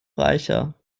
reicher